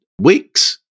weeks